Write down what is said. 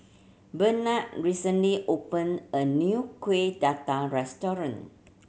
Brennan recently opened a new Kueh Dadar restaurant